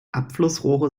abflussrohre